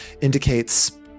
indicates